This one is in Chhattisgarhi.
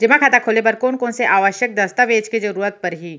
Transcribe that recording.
जेमा खाता खोले बर कोन कोन से आवश्यक दस्तावेज के जरूरत परही?